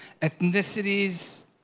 ethnicities